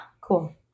Cool